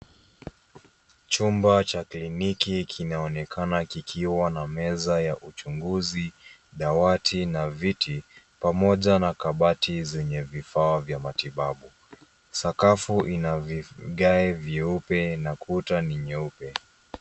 Chumba cha kliniki kinaonekana kikiwa na meza ya uchunguzi, dawati na viti, pamoja na kabati zenye vifaa vya matibabu. Sakafu ina vigae vyeupe na kuta ni nyeupe.